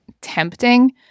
tempting